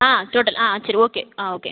ஆ total ஆ சரி okay ஆ ஓகே